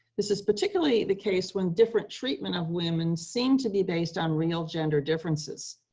this is particularly the case when different treatment of women seemed to be based on real gender differences,